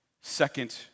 second